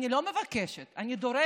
אני לא מבקשת, אני דורשת